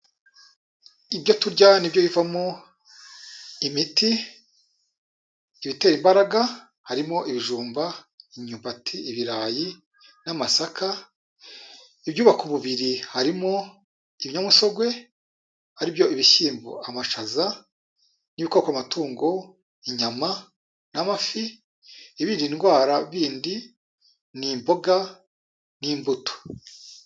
Ibyo turya ni byo bivamo imiti, ibitera imbaraga harimo ibijumba, imyumbati, ibirayi n'amasaka, ibyubaka umubiri harimo ibinyamusogwe aribyo ibishyimbo, amashaza n'ibikomoka ku matungo inyama n'amafi, ibirinda indwara bindi ni imboga n'imbuto.